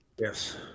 Yes